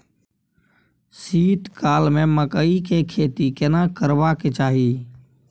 शीत काल में मकई के खेती केना करबा के चाही?